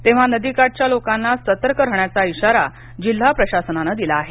तेव्हा नदीकाठच्या लोकांना सतर्क राहण्याचा ईशारा जिल्हा प्रशासनानं दिला आहे